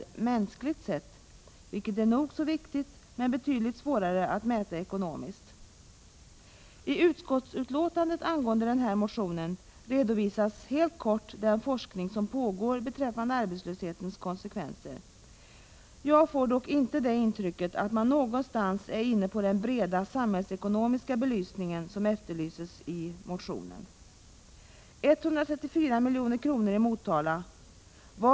1985/86:108 mänskligt sett, vilket är nog så viktigt men betydligt svårare att mäta 3 april 1986 ekonomiskt. I utskottets skrivning angående denna motion redovisas helt kortfattat den forskning som pågår beträffande arbetslöshetens konsekvenser. Jag får dock inte det intrycket att man någonstans är inne på den breda samhällsekonomiska belysning som efterlyses i motionen. 134 milj.kr. kostade arbetslösheten i Motala.